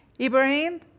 Ibrahim